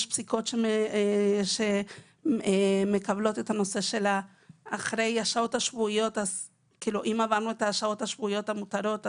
יש פסיקות שמקבלות שאם עברנו את השעות השבועיות המותרות,